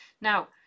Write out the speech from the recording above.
Now